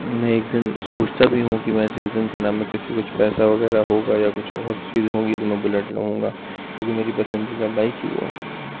میں ایک دن سوچتا بھی ہوں کہ میں جس دن کیا نام ہے کسی کچھ پیسہ وغیرہ ہوگا یا کچھ اور چیز ہوں گی تو میں بلیٹ لوں گا کیونکہ میری پسندیدہ بائک ہی وہ ہے